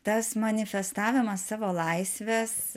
tas manifestavimas savo laisvės